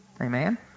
Amen